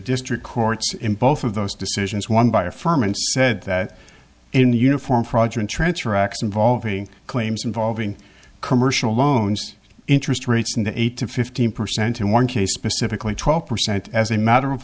district courts in both of those decisions one by a firm and said that in the uniform project transfer acts involving claims involving commercial loans interest rates in the eight to fifteen percent in one case specifically twelve percent as a matter of